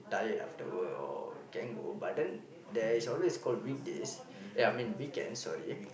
tired after work or can go but then there is always called weekdays uh I mean weekends sorry